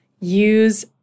use